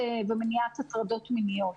ומניעת הטרדות מיניות.